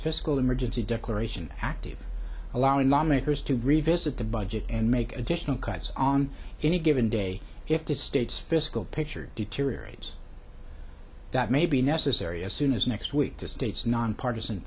fiscal emergency declaration active allowing lawmakers to revisit the budget and make additional cuts on any given day if the state's fiscal picture deteriorates that may be necessary as soon as next week to states nonpartizan